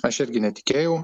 aš irgi netikėjau